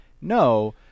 No